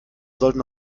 sollten